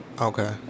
Okay